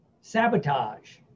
Sabotage